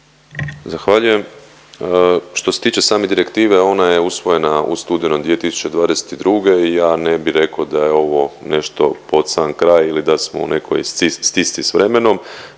Zahvaljujem. Što se tiče same direktive ona je usvojena u studenom 2022. i ja ne bih rekao da je ovo nešto pod sam kraj ili da smo u nekoj stisci sa vremenom.